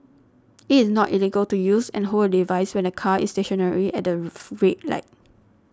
it is not illegal to use and hold a device when the car is stationary at the red light